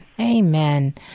Amen